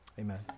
Amen